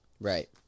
Right